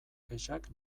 kexak